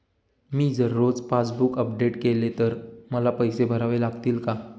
मी जर रोज passbook update केले तर मला पैसे भरावे लागतील का?